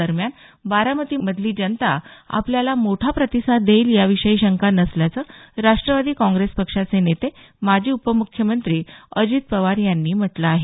दरम्यान बारामतीमधील जनता आपल्याला मोठा प्रतिसाद देईल या विषयी शंका नसल्याचं राष्ट्रवादी काँग्रेस पक्षाचे नेते माजी उपम्ख्यमंत्री अजित पवार यांनी म्हटलं आहे